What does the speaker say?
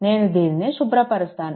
నేను దీనిని శుభ్రపరుస్తాను